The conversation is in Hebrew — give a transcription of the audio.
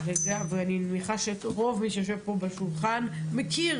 ואני מניחה שרוב מי שיושב פה בשולחן מכיר